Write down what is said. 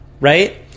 right